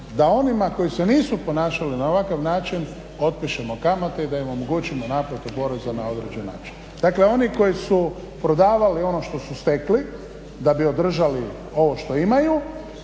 da onima koji se nisu ponašali na ovakav način otpišemo kamate i da im omogućimo naplatu poreza na određen način. Dakle oni koji su prodavali ono što su stekli da bi održali ovo što imaju,